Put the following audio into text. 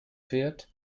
fährt